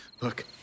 Look